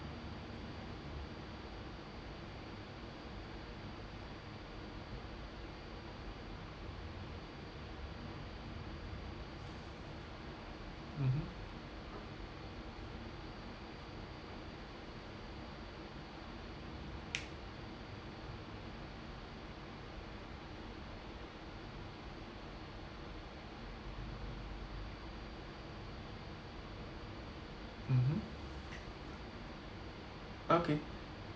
mmhmm mmhmm okay